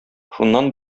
шуннан